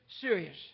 serious